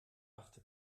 brachte